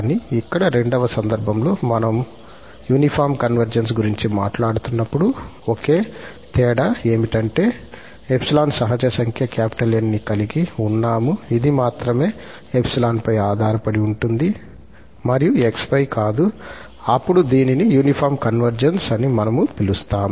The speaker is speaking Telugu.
కానీ ఇక్కడ రెండవ సందర్భంలో మనము యూనిఫార్మ్ కన్వర్జెన్స్ గురించి మాట్లాడుతున్నప్పుడు ఒకే తేడా ఏమిటంటే ∃ సహజ సంఖ్య 𝑁 ని కలిగి ఉన్నాము ఇది మాత్రమే 𝜖 పై ఆధారపడి ఉంటుంది మరియు 𝑥 పై కాదు అప్పుడు దీనిని యూనిఫార్మ్ కన్వర్జెన్స్ అని మనము పిలుస్తాము